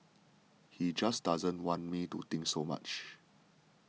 he just doesn't want me to think so much